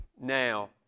now